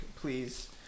please